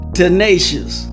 tenacious